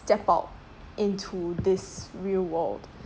step out into this real world